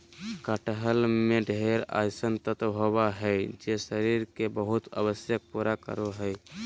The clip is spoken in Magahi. कटहल में ढेर अइसन तत्व होबा हइ जे शरीर के बहुत आवश्यकता पूरा करा हइ